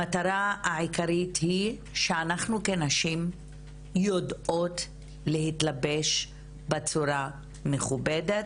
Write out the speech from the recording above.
המטרה העיקרית היא שאנחנו כנשים יודעות להתלבש בצורה מכובדת,